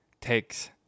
takes